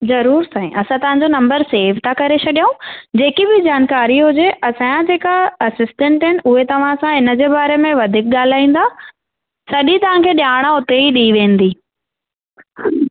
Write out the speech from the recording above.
ज़रूर साईं असां तव्हां जो नम्बर सेव था करे छॾियूं जेकी बि जानकारी हुजे असांजा जेका असिसटंट आहिनि उहे तव्हांसां इन जे बारे में वधीक ॻाल्हाईंदा सॼी तव्हां खे ॼाण उते ई ॾेई वेंदी